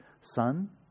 Son